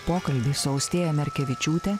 pokalbį su austėja merkevičiūte